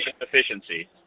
efficiency